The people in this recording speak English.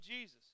Jesus